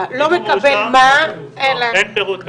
לא מקבל מה, אלא --- אין פירוט כמובן,